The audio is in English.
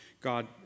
God